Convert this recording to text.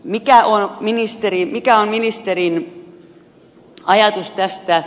mikä on ministerin ajatus tästä